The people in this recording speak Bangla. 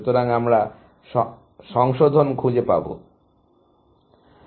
সুতরাং আমাকে সংশোধন খুঁজে পেতে হবে